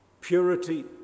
Purity